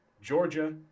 Georgia